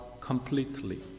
completely